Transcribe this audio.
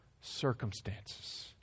circumstances